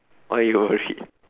why you worried